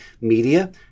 media